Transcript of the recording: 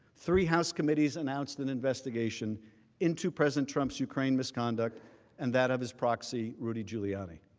three house committees announced an investigation into president trump ukraine misconduct and that of his proxy, rudy giuliani.